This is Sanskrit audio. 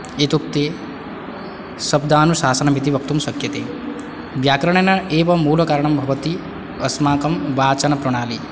इत्युक्ते शब्दानुशासनमिति वक्तुं शक्यते व्याकरणेन एव मूलकारणं भवति अस्माकं वाचनप्रणाली